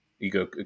ego